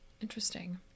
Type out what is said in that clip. interesting